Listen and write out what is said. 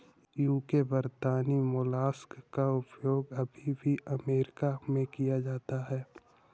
UK वर्तनी mollusc का उपयोग अभी भी अमेरिका में किया जाता है